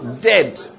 Dead